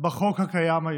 בחוק הקיים היום: